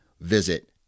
visit